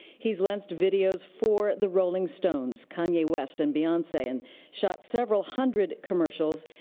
he's lensed videos for the rolling stones, kanye west and beyonce and shot several hundred commercials,